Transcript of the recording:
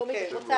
שלומית, את רוצה